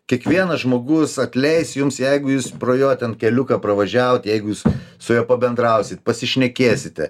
kiekvienas žmogus atleis jums jeigu jūs pro jo ten keliuką pravažiavot jeigu jūs su juo pabendrausit pasišnekėsite